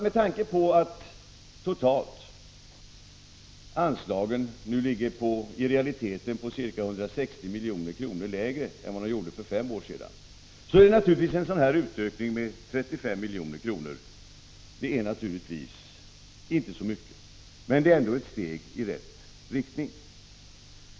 Med tanke på att anslagen totalt i realiteten nu är ca 160 milj.kr. lägre än för fem år sedan är naturligtvis en sådan här utökning med 35 milj.kr. inte så mycket, men det är ändå ett steg i rätt riktning.